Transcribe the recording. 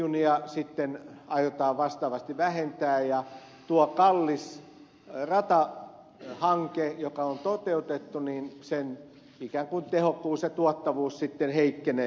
z junia sitten aiotaan vastaavasti vähentää ja tuon kalliin ratahankkeen joka on toteutettu ikään kuin tehokkuus ja tuottavuus sitten heikkenee